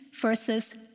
versus